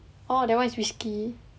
oh that [one] is whiskey